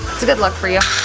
it's a good look for you.